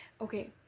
okay